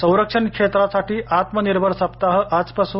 संरक्षण क्षेत्रासाठी आत्मनिर्भर सप्ताह आजपासून